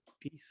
Peace